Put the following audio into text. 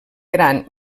gran